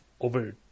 over